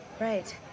Right